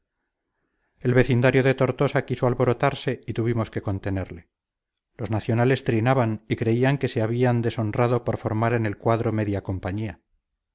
el vecindario de tortosa quiso alborotarse y tuvimos que contenerle los nacionales trinaban y creían que se habían deshonrado por formar en el cuadro media compañía